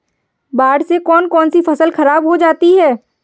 बाढ़ से कौन कौन सी फसल खराब हो जाती है?